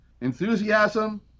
enthusiasm